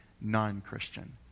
non-Christian